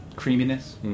creaminess